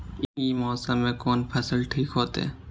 ई मौसम में कोन फसल ठीक होते?